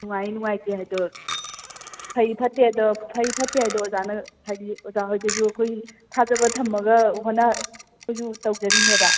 ꯅꯨꯡꯉꯥꯏ ꯅꯨꯡꯉꯥꯏꯇꯦ ꯍꯥꯏꯗꯣ ꯐꯩ ꯐꯠꯇꯦ ꯍꯥꯏꯗꯣ ꯐꯩ ꯐꯠꯇꯦ ꯍꯥꯏꯗꯣ ꯑꯣꯖꯥꯅ ꯍꯥꯏꯕꯤꯌꯨ ꯑꯣꯖꯥ ꯍꯣꯏꯗꯁꯨ ꯑꯩꯈꯣꯏ ꯊꯥꯖꯕ ꯊꯝꯃꯒ ꯍꯣꯠꯅ ꯑꯩꯈꯣꯏꯁꯨ ꯇꯧꯖꯔꯤꯅꯦꯕ